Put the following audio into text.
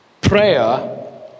prayer